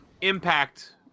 impact